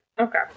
Okay